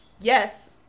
yes